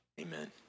amen